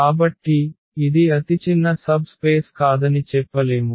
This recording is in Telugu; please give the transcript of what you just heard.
కాబట్టి ఇది అతిచిన్న సబ్ స్పేస్ కాదని చెప్పలేము